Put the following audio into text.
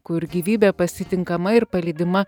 kur gyvybė pasitinkama ir palydima